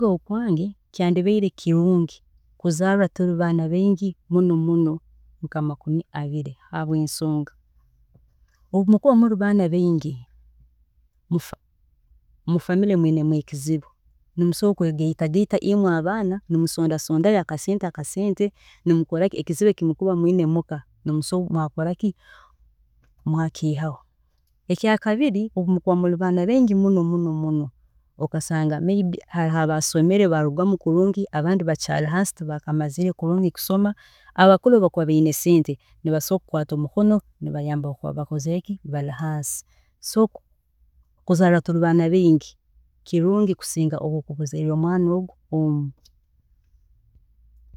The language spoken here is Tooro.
Mukurola okwange kyakubaire kirungi kuzaarwa turi baana baingi muno muno muno, habwaaki, habwensonga, obu mukuba muri baana baingi mukatunga ekizibu, musobola kwegaita gaita imwe abaana mwesonda sondayo akasente akasobola kukoraki, kurola ngu ekizibu eki mwakiihaho, ekyakabiri obu mukuba muri baana baingi muno muno muno, okasanga may be haroho abasomere barugamu kulungi, abandi bakyaari hansi tibakamazire kurungi kusoma, abakuru obu bakuba baine sente osobola kusanga nibakwaata hamukono bakayambaho ahari abo abari hansi, so obu mukuba muziirwe muri baana baingi, kirungi kusinga omwana omu